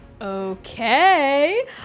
Okay